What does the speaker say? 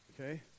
Okay